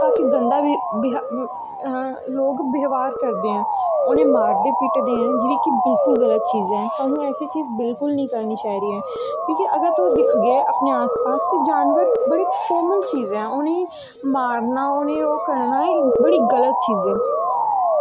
काफी गंदा लोग ब्यबहार करदे ऐं उनेंगी मारदे पिटदे ऐं जेह्ड़ी बिल्कुल कि गल्त गल्ल ऐ साह्नू ऐसी चीज़ बिल्कुल नी करनी चाही दा ऐ क्योंकि अगर तुस दिखगे अपनें आस पास ते जानवर बड़ाी कामन चीज़ ऐ उ'नेंगी मारनां उ'नेंगी ओह् करनां बड़ी गल्त चीज़ ऐ